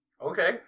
Okay